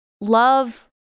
love